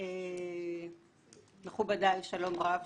שלום רב,